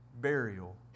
burial